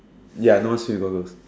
ya no one swim with goggle